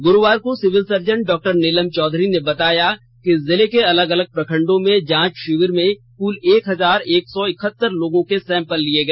गुरुवार को civil surgeon doctor Neelam Chaudhary ने बताया कि जिले के अलग अलग प्रखंडॉ में जांच शिविर में कुल एक हजार एक सौ इकहत्तर लोगों के सैंपल लिया गया